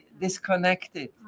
disconnected